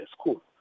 school